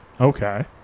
Okay